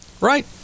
Right